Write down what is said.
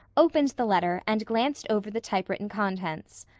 opened the letter and glanced over the typewritten contents.